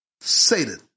Satan